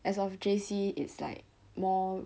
as of J_C it's like more